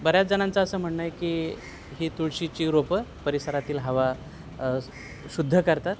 बऱ्याच जणंचा असं म्हणणं आहे की ही तुळशीची रोपं परिसरातील हवा शुद्ध करतात